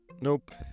Nope